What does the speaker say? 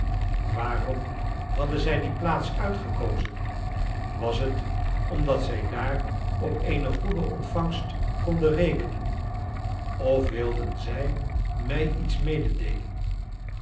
waarom hadden zij die plaats uitgekozen was het omdat zij daar op eene goede ontvangst konden rekenen of wilden zij mij iets mededeelen